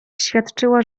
świadczyła